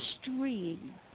stream